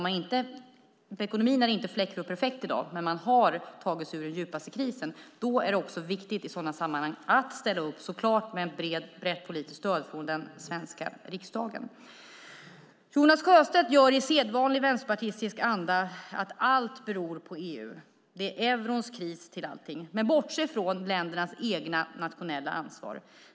Ekonomin är inte fläckfri och perfekt i dag, men man har tagit sig ur den djupaste krisen. Då är det också viktigt att ställa upp i sådana sammanhang, givetvis med ett brett politiskt stöd från den svenska riksdagen. Jonas Sjöstedt hävdar i sedvanlig vänsterpartistisk anda att allt beror på EU och att eurons kris är orsaken till allting, men han bortser från ländernas egna nationella ansvar.